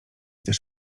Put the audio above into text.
też